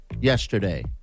yesterday